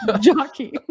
Jockey